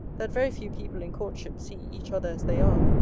that very few people in courtship see each other as they are.